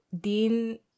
Dean